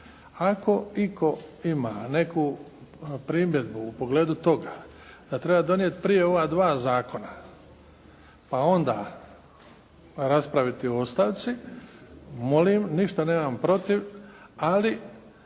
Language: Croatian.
ako itko ima neku primjedbu u pogledu toga da treba donijet prije ova dva zakona, pa onda raspraviti o ostavci, molim. Ništa nemam protiv, ali